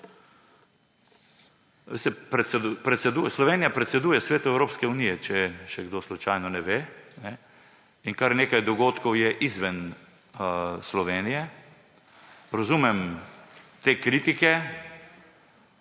Slovenija predseduje Svetu Evropske unije, če še kdo slučajno ne ve, in kar nekaj dogodkov je izven Slovenije. Razumem te kritike,